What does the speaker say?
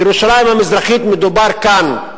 בירושלים המזרחית מדובר כאן,